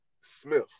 Smith